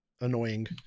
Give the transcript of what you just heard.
annoying